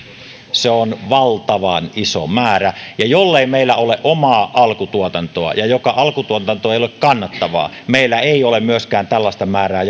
se on valtavan iso määrä jollei meillä ole omaa alkutuotantoa jos alkutuotanto ei ole kannattavaa ei meillä ole myöskään tällaista määrää